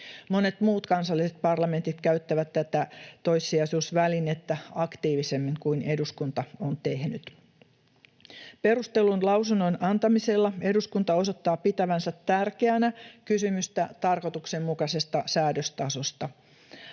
Monet muut kansalliset parlamentit käyttävät tätä toissijaisuusvälinettä aktiivisemmin kuin eduskunta on tehnyt. Perustellun lausunnon antamisella eduskunta osoittaa pitävänsä tärkeänä kysymystä tarkoituksenmukaisesta säädöstasosta.